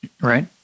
Right